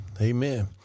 Amen